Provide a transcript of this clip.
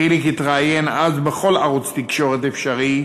חיליק התראיין אז בכל ערוץ תקשורת אפשרי.